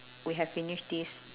we have finished this